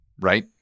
right